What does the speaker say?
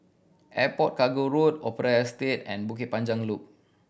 Airport Cargo Road Opera Estate and Bukit Panjang Loop